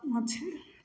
मछरी